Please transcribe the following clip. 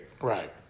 Right